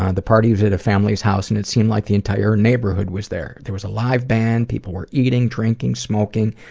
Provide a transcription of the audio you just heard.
ah the party was at a family's house and it seemed like the entire neighborhood was there. there was a live band, people were eating, drinking, smoking.